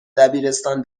دبیرستان